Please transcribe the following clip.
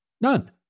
None